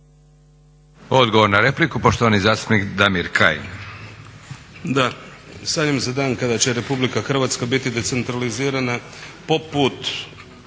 Odgovor na repliku, poštovani zastupnik Damir Kajin.